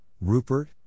Rupert